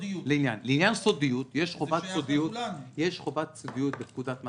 לעניין סודיות יש חובת סודיות בפקודת מס